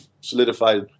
solidified